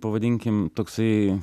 pavadinkim toksai